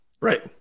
Right